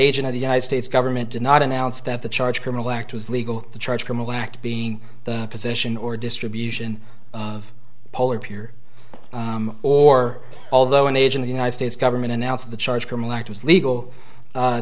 agent of the united states government did not announce that the charge criminal act was legal the charge criminal act being the position or distribution of polar pure or although an agent the united states government announced the charge criminal act was legal